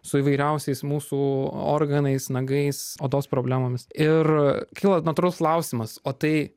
su įvairiausiais mūsų organais nagais odos problemomis ir kyla natūralus klausimas o tai